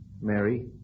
Mary